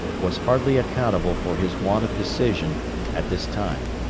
was hardly accountable for his want of decision at this time.